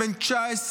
בן 19,